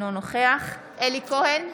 אינו נוכח אלי כהן,